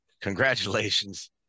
congratulations